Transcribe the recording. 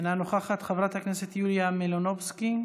אינה נוכחת, חברת הכנסת יוליה מלינובסקי,